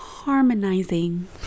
harmonizing